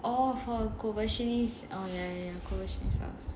oh for ya ya ya house